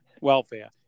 welfare